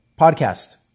podcast